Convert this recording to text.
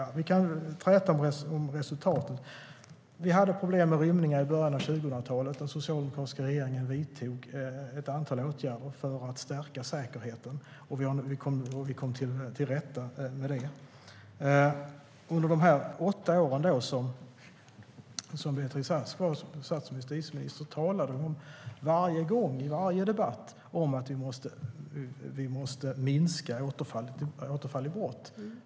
Vi kan träta om resultatet. Vi hade problem med rymningar i början av 2000-talet. Den socialdemokratiska regeringen vidtog ett antal åtgärder för att stärka säkerheten, och vi kom till rätta med det. Under de åtta år som Beatrice Ask var justitieminister talade hon varje gång i varje debatt om att vi måste minska återfall i brott.